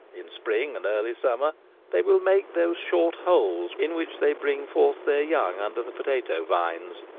in spring and early summer they will make those short holes in which they bring forth their young under the potato-vines,